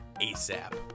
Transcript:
ASAP